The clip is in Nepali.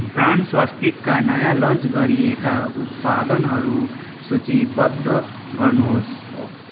ब्रान्ड स्वास्तिकका नयाँ लन्च गरिएका उत्पादनहरू सूचीबद्ध गर्नुहोस्